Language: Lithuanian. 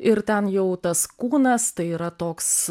ir ten jau tas kūnas tai yra toks